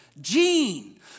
Gene